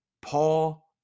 Paul